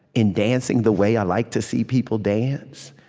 in dancing the way i like to see people dance.